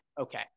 okay